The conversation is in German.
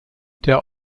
der